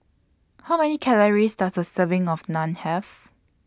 How Many Calories Does A Serving of Naan Have